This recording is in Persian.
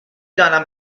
دانم